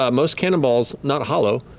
ah most cannonballs? not hollow,